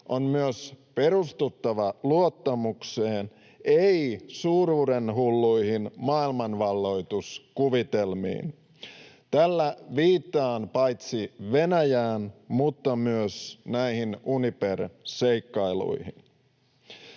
on myös perustuttava luottamukseen, ei suuruudenhulluihin maailmanvalloituskuvitelmiin. Tällä viittaan paitsi Venäjään myös näihin Uniper-seikkailuihin.